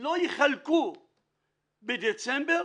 לא יחלקו בדצמבר